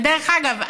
שדרך אגב,